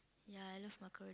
ya I love macaroni